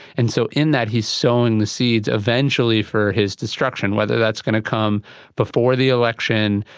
and so in that he is sowing the seeds eventually for his destruction, whether that's going to come before the election,